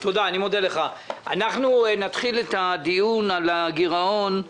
אנחנו נתחיל את הדיון על הגרעון.